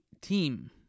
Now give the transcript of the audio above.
team